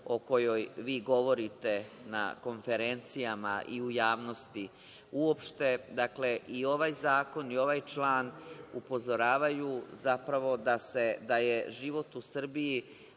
o kojoj vi govorite na konferencijama i u javnosti uopšte. Dakle, i ovaj zakon i ovaj član upozoravaju zapravo da je život u Srbiji